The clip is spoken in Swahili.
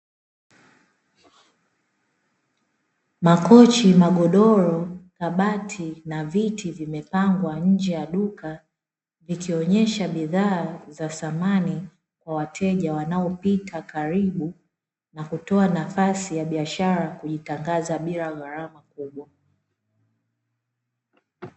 Makochi, magodoro, kabati na viti vimepangwa nje ya duka ikionyesha bidhaa za samani kwa wateja wanaopita karibu, na kutoa nafasi ya biashara kujitangaza bila gharama kubwa.